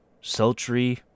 sultry